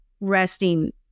resting